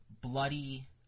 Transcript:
bloody